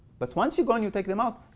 but once you go and you take them out,